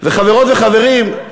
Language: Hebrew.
חברות וחברים,